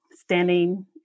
standing